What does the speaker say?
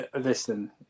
listen